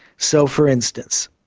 so, for instance,